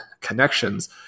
connections